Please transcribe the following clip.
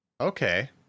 Okay